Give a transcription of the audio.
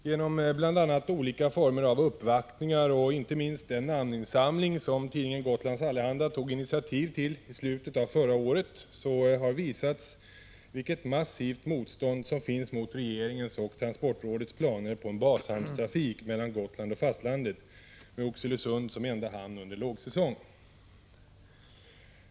Herr talman! Genom bl.a. olika former av uppvaktningar och inte minst 2 juni 1986 den namninsamling som tidningen Gotlands Allehanda tog initiativ till i slutet av förra året har visats vilket massivt motstånd som finns mot regeringens och transportrådets planer på en bashamnstrafik mellan Gotland och fastlandet med Oxelösund som enda hamn under lågsäsong.